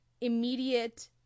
immediate